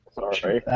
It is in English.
Sorry